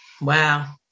wow